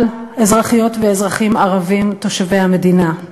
על אזרחיות ואזרחים ערבים תושבי המדינה.